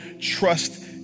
trust